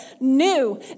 new